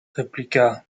répliqua